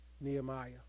Nehemiah